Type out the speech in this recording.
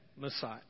Messiah